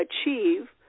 achieve